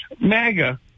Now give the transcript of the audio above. MAGA